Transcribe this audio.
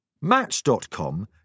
Match.com